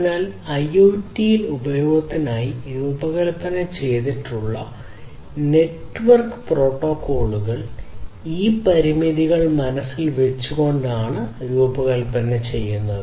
അതിനാൽ IoT ൽ ഉപയോഗത്തിനായി രൂപകൽപ്പന ചെയ്തിട്ടുള്ള നെറ്റ്വർക്ക് പ്രോട്ടോക്കോളുകൾ ഈ പരിമിതികൾ മനസ്സിൽ വച്ചുകൊണ്ട് അതിനനുസരിച്ച് രൂപകൽപ്പന ചെയ്യണം